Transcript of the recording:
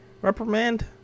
reprimand